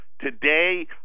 today